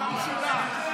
אתה מסודר.